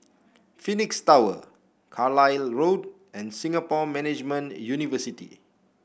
Phoenix Tower Carlisle Road and Singapore Management University